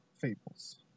fables